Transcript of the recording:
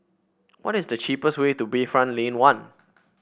what is the cheapest way to Bayfront Lane One